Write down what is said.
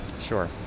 Sure